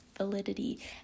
validity